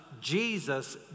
Jesus